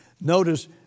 Notice